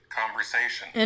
conversation